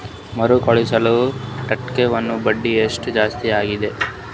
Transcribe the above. ಮರುಕಳಿಸುವ ಠೇವಣಿಗೆ ಬಡ್ಡಿ ಎಷ್ಟ ಜಾಸ್ತಿ ಆಗೆದ?